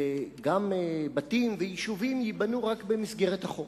וגם בתים ויישובים ייבנו רק במסגרת החוק.